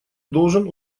должен